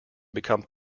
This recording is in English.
become